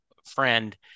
friend